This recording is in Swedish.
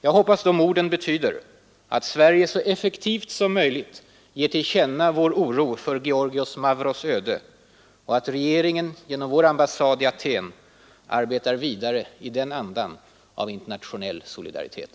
Jag hoppas de orden betyder att Sverige så effektivt som möjligt ger till känna vår oro för Giorgios Mavros” öde och att regeringen genom vår ambassad i Aten arbetar vidare i den andan av internationell solidaritet.